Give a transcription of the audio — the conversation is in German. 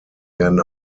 werden